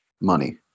money